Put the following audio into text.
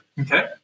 Okay